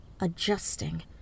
adjusting